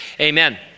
amen